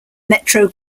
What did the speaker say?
metro